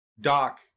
Doc